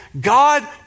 God